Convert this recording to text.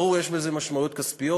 ברור שיש לזה משמעויות כספיות.